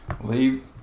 Leave